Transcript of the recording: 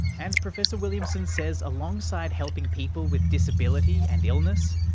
and professor williamson says alongside helping people with disability and illness,